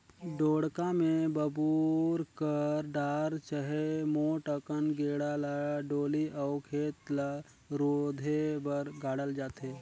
ढोड़गा मे बबूर कर डार चहे मोट अकन गेड़ा ल डोली अउ खेत ल रूधे बर गाड़ल जाथे